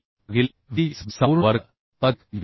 भागिले VDSB संपूर्ण वर्ग अधिक TB